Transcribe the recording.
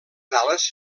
ales